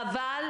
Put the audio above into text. חבל